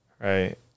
Right